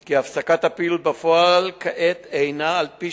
כי הפסקת הפעילות בפועל כעת היא על-פי